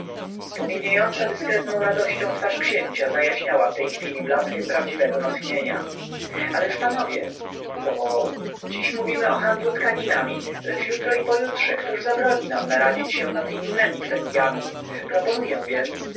promieniejąca dyskretną radością twarz księcia zajaśniała w tej chwili blaskiem prawdziwnego natchnienia ależ panowie zawołał dziś mówimy o handlu tkaninami lecz jutro i pojutrze któż zabroni nam naradzić się nad innemi kwestyami proponuję więc